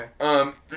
Okay